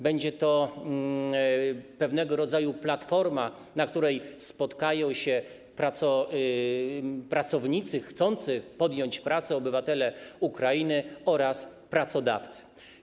Będzie to pewnego rodzaju platforma, na której spotkają się pracownicy chcący podjąć pracę, obywatele Ukrainy oraz pracodawcy.